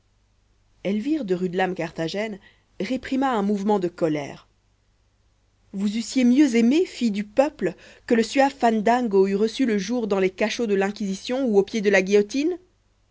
elvire de rudelame carthagène réprima un mouvement de colère vous eussiez mieux aimé filles du peuple que le suave fandango eût reçu le jour dans les cachots de l'inquisition ou au pied de la guillotine